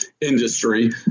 industry